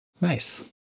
Nice